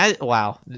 Wow